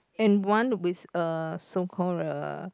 and one with a so call a